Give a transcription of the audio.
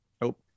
Nope